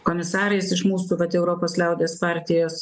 komisarais iš mūsų vat europos liaudies partijos